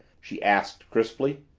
she asked crisply.